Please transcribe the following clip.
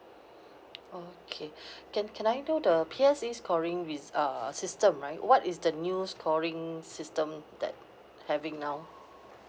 okay can can I know the P_S_L_E scoring with uh system right what is the new scoring system that having now